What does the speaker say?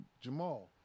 Jamal